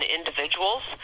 individuals